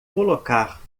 colocar